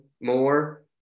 more